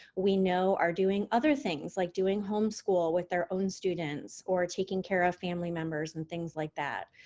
we know are doing other things like doing home school with their own students or taking care of family members and things like that.